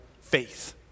faith